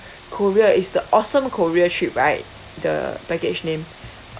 korea is the awesome korea trip right the package name